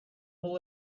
will